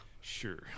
Sure